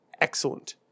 excellent